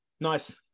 Nice